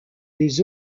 les